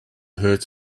hearts